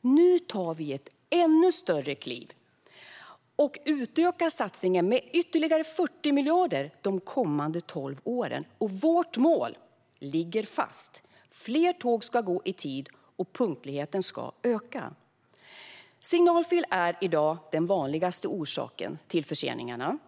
Nu tar vi ett ännu större kliv och utökar satsningen med ytterligare 40 miljarder de kommande tolv åren. Vårt mål ligger fast: Fler tåg ska gå i tid, och punktligheten ska öka. Signalfel är i dag den vanligaste orsaken till förseningarna.